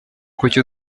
kuki